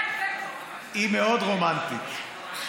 היא מאוד רומנטית.